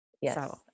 Yes